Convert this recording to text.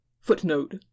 Footnote